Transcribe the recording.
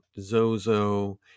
Zozo